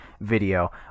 video